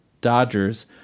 Dodgers